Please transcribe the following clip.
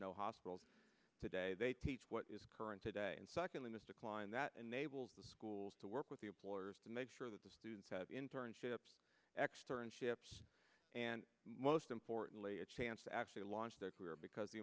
no hospitals today they teach what is current today and secondly this decline that enables the schools to work with the employers to make sure that the students have internships exter and ships and most importantly a chance to actually launch their career because the